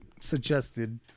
suggested